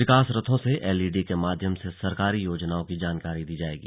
विकास रथों से एलईडी के माध्यम से सरकारी योजनाओं की जानकारी दी जायेगी